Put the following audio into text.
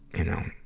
you know,